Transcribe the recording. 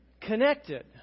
connected